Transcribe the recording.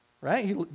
Right